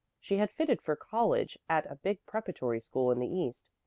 she had fitted for college at a big preparatory school in the east,